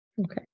okay